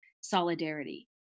solidarity